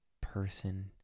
person